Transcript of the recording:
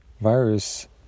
virus